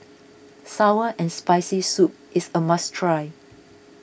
Sour and Spicy Soup is a must try